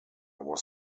was